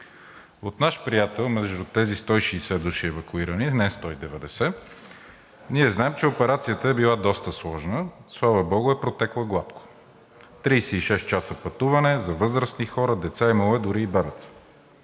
От наш приятел, между тези 160 души евакуирани – не 190, знаем, че операцията е била доста сложна. Слава богу е протекла гладко – тридесет и шест часа пътуване за възрастни хора, деца, имало е дори и баби.